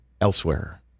elsewhere